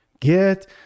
Get